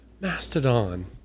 Mastodon